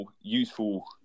useful